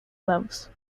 loves